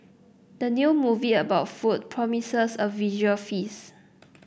the new movie about food promises a visual feast